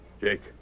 Jake